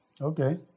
Okay